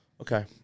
okay